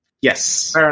Yes